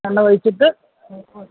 വെള്ളമൊഴിച്ചിട്ട്